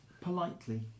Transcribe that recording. politely